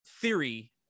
theory